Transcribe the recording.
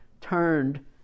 turned